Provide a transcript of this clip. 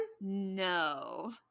No